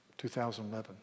2011